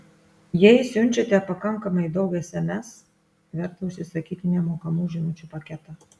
jei siunčiate pakankamai daug sms verta užsisakyti nemokamų žinučių paketą